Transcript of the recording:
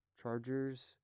Chargers